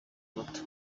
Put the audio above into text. moto